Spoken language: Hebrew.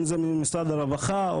אם זה ממשרד הרווחה,